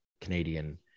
canadian